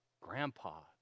grandpa